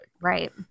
Right